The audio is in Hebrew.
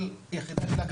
כל יחידה, יש לה הגדרות.